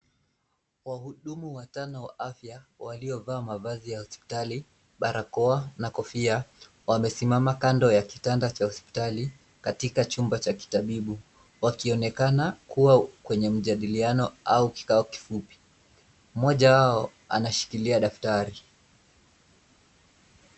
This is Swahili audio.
Wahudumu watano wa afya waliovaa mavazi ya hospitali, barakoa na kofia wamesimama kando ya kitanda cha hospitali katika chumba cha kitabibu, wakionekana kuwa kwenye majadiliano au kikao kifupi, mmoja wao anashikilia daftari.